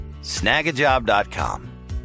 Snagajob.com